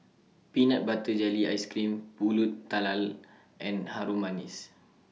Peanut Butter Jelly Ice Cream Pulut Tatal and Harum Manis